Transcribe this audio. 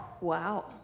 Wow